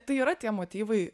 tai yra tie motyvai